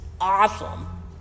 awesome